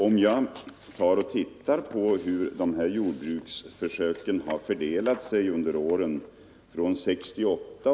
Låt oss titta på hur jordbruksförsöken fördelar sig sedan år 1968!